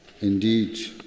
indeed